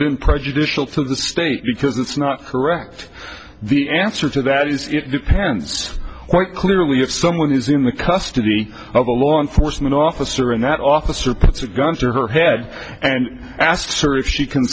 been prejudicial to the state because that's not correct the answer to that is it depends what clearly if someone is in the custody of a law enforcement officer and that officer puts a gun to her head and asks her if she c